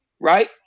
right